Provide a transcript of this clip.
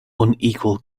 unequal